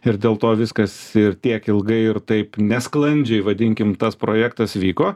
ir dėl to viskas ir tiek ilgai ir taip nesklandžiai vadinkim tas projektas vyko